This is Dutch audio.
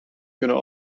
kunnen